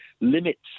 limits